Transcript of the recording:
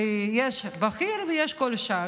כי יש בכיר ויש כל השאר.